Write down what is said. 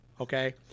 okay